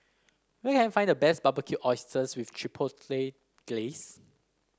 where can I find the best Barbecued Oysters with Chipotle Glaze